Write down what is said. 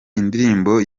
indirimbo